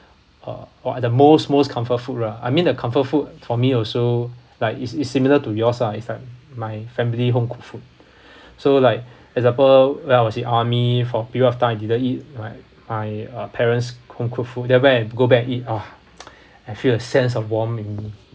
uh are the most most comfort food lah I mean the comfort food for me also like is is similar to yours lah is like my family home cook food so like example well when I was in army for a period of time I didn't eat right my uh parents home cook food then when I go back and eat it !wah! I feel a sense of warmth in